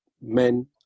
men